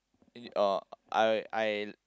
uh I I